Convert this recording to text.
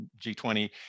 G20